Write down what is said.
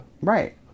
Right